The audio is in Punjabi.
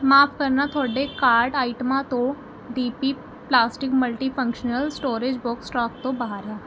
ਮਾਫ਼ ਕਰਨਾ ਤੁਹਾਡੇ ਕਾਰਟ ਆਈਟਮਾਂ ਤੋਂ D P plastic multifunctional storage box stock ਤੋਂ ਬਾਹਰ ਹੈ